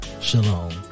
Shalom